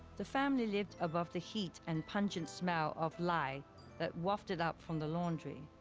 the family lived above the heat and pungent smell of lye that wafted up from the laundry.